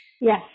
yes